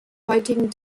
heutigen